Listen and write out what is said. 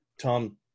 Tom